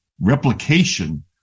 replication